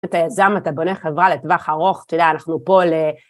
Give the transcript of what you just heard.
אתה יזם, אתה בונה חברה לטווח ארוך, אתה יודע, אנחנו פה ל